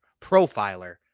Profiler